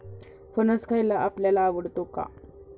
फणस खायला आपल्याला आवडतो का?